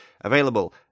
available